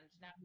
now